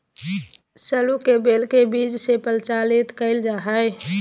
सरू के बेल के बीज से प्रचारित कइल जा हइ